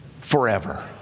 forever